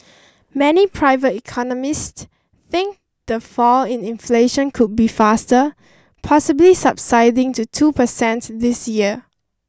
many private economists think the fall in inflation could be faster possibly subsiding to two percents this year